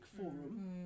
forum